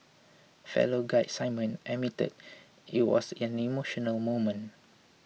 fellow guide Simon admitted it was an emotional moment